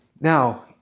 Now